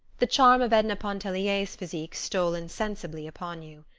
the charm of edna pontellier's physique stole insensibly upon you.